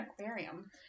aquarium